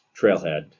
trailhead